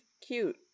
cute